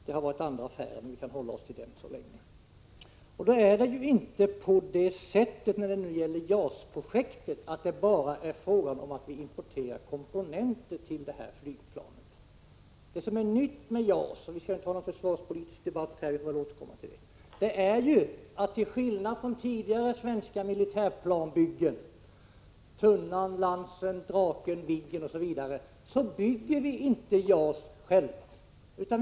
Det har varit andra affärer, men vi kan hålla oss till detta fall så länge. När det gäller JAS-projektet är det inte bara fråga om att vi importerar komponenter till detta flygplan. Vi skall ju inte ha någon försvarspolitisk debatt här — det får vi återkomma till. Men det som är nytt med JAS är ju att till skillnad från vad som varit fallet med tidigare svenska militärplan — Tunnan, Lansen, Draken, Viggen osv. — bygger vi inte JAS själva.